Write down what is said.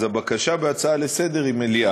אז הבקשה בהצעה לסדר-היום היא מליאה.